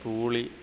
തൂളി